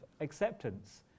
acceptance